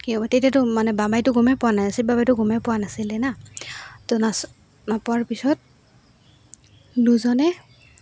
কি হ'ব তেতিয়াতো মানে বাবাইটো গমেই পোৱা নাছিল বাবাইটো গোমেই পোৱা নাছিলে না তো নাচ নোপোৱাৰ পিছত দুজনে